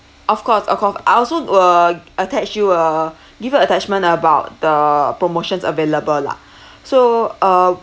of course of course I'll also will attach you a give you attachment about the promotions available lah so uh